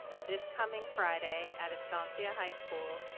this coming friday at astancia high school,